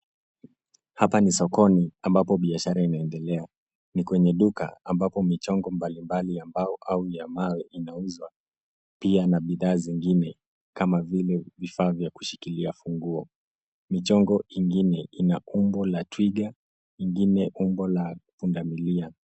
Hapa ni sokoni ambapo biashara inaendelea ni kwenye duka amambapo michongo mbalimbali ya mbao au ya mawe inauzwa pia na bidhaa zingine kama vile vifaa vya kushikilia funguo. Michongo ingine ina umbo la twiga ingine umbo la punda milia.